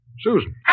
Susan